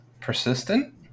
persistent